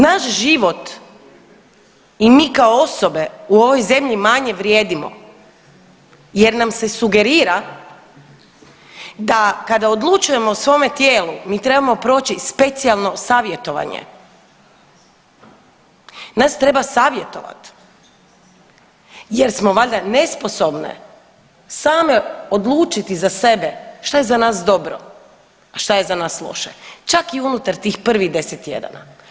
Naš život i mi kao osobe u ovoj zemlji manje vrijedimo jer nam se sugerira, da kada odlučujemo o svome tijelu mi trebamo proći specijalno savjetovanje, nas treba savjetovati jer smo valjda nesposobne same odlučiti za sebe šta je za nas dobro, a šta je za nas loše čak i unutar tih prvih 10 tjedana.